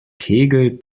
kegel